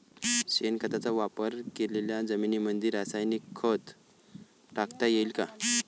शेणखताचा वापर केलेल्या जमीनीमंदी रासायनिक खत टाकता येईन का?